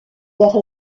vers